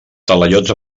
talaiots